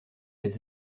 des